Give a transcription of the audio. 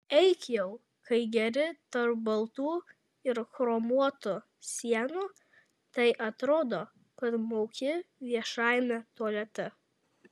eik jau kai geri tarp baltų ir chromuotų sienų tai atrodo kad mauki viešajame tualete